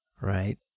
right